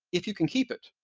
if you can keep it